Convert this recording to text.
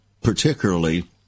particularly